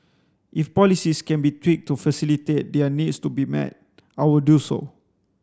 if policies can be tweaked to facilitate their needs to be met I will do so